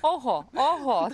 oho oho